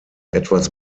etwas